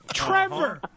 Trevor